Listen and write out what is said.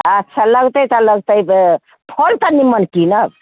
आ फल लगतै तऽ लगतै फल तऽ निमन कीनब